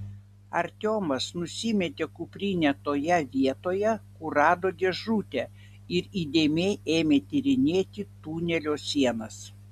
artiomas nusimetė kuprinę toje vietoje kur rado dėžutę ir įdėmiai ėmė tyrinėti tunelio sienas